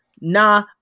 nah